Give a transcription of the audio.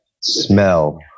Smell